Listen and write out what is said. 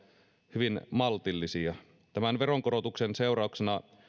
hyvin maltillisia tämän veronkorotuksen seurauksena